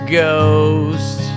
ghost